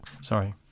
Sorry